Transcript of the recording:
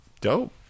dope